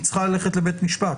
היא צריכה ללכת לבית משפט?